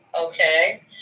Okay